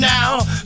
Now